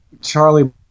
Charlie